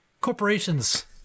corporations